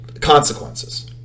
consequences